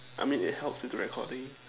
I mean it helps with the recording